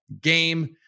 game